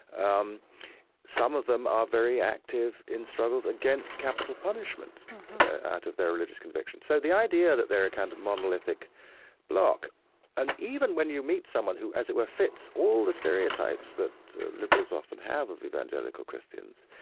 um some of them are very active in struggles against capital punishment out of their religious convictions, so the idea that they're a kind of monolithic block and even when you meet someone who, as it were, fits all the stereotypes that liberals often have of evangelical christians,